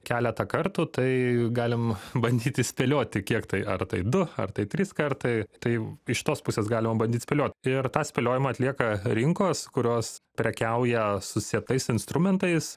keletą kartų tai galim bandyti spėlioti kiek tai ar tai du ar tai trys kartai tai iš tos pusės galima bandyt spėliot ir tą spėliojimą atlieka rinkos kurios prekiauja susietais instrumentais